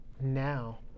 now